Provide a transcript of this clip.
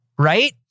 right